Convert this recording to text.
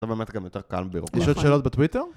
אתה באמת גם יותר קל מבירוק. יש עוד שאלות בטוויטר?